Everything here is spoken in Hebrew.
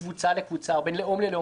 זה לא בין קבוצה לקבוצה או בין לאום ללאום,